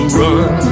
run